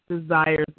desires